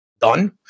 done